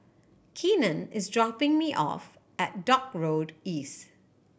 Keenan is dropping me off at Dock Road East